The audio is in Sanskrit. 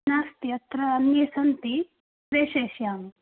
नास्ति अत्र सन्ति सन्ति प्रेषयिष्यामि